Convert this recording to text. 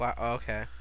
Okay